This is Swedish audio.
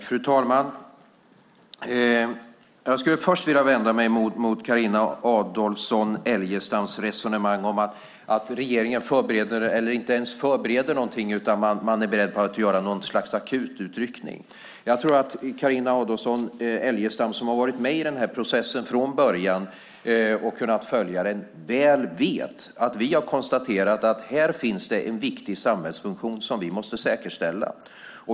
Fru talman! Jag skulle först vilja vända mig mot Carina Adolfsson Elgestams resonemang om att regeringen inte ens förbereder någonting utan är beredd på att göra något slags akututryckning. Jag tror att Carina Adolfsson Elgestam, som har varit med i processen från början och har kunnat följa den väl vet att vi har kunnat konstatera att här finns det en viktig samhällsfunktion som vi måste säkerställa.